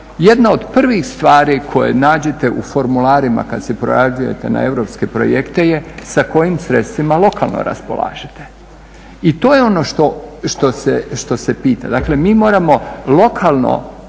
Jedna od prvih stvari koje nađete u formularima kad se prijavljujete na europske projekte je sa kojim sredstvima lokalno raspolažete. I to je ono što se pita, dakle mi moramo lokalno